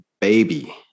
baby